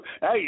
hey